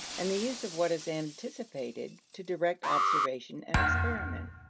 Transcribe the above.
and the use of what is anticipated to direct observation and experiment.